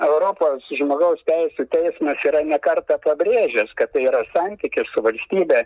europos žmogaus teisių teismas yra ne kartą pabrėžęs kad tai yra santykis su valstybe